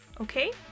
Okay